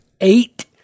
eight